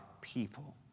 people